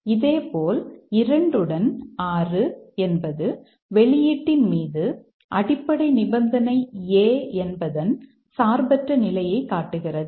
இதேபோல் 2 உடன் 6 என்பது வெளியீட்டின் மீது அடிப்படை நிபந்தனை A என்பதன் சார்பற்ற நிலையை காட்டுகிறது